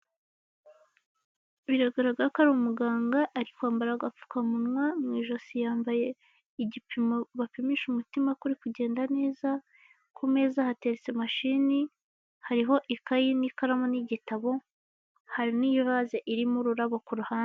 Biragaragara ko ari umuganga, ari kwambara agapfukamunwa, mu ijosi yambaye igipimo bapimisha umutima ko uri kugenda neza, ku meza hateretse mashini, hariho ikayi n'ikaramu n'igitabo, hari n’ivaze irimo ururabo ku ruhande.